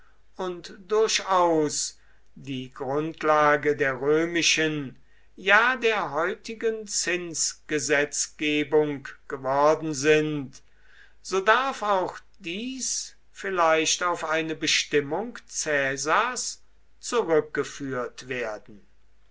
und durchaus die grundlage der römischen ja der heutigen zinsgesetzgebung geworden sind so darf auch dies vielleicht auf eine bestimmung caesars zurückgeführt werden